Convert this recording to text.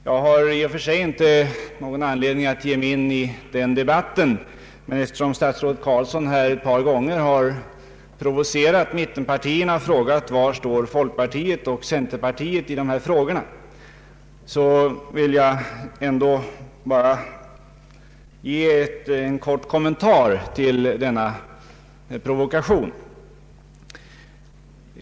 Jag har i och för sig ingen anledning att blanda mig i den debatten, men eftersom statsrådet Carlsson här ett par gånger provocerat mittenpartierna och frågat var folkpartiet står och var centerpartiet står i dessa frågor, vill jag ändå göra en kort kommentar.